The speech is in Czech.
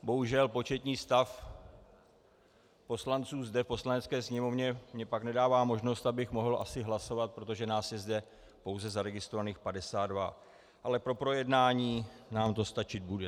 Bohužel, početní stav poslanců zde v Poslanecké sněmovně mi nedává možnost, abychom mohli hlasovat, protože nás je zde zaregistrovaných pouze 52, ale pro projednání nám to stačit bude.